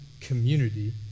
community